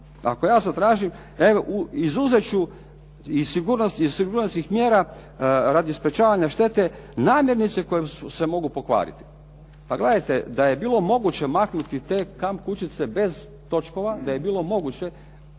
ako ja zatražim izuzeti ću iz sigurnosnih mjera radi sprječavanja štete namirnice koje se mogu pokvariti. Pa gledajte, da je bilo moguće maknuti te kamp kućice bez točkova, da je bilo moguće